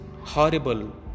horrible